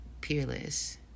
peerless